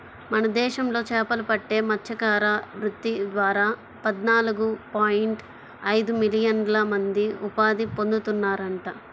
మన దేశంలో చేపలు పట్టే మత్స్యకార వృత్తి ద్వారా పద్నాలుగు పాయింట్ ఐదు మిలియన్ల మంది ఉపాధి పొందుతున్నారంట